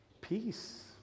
Peace